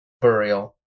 burial